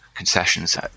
concessions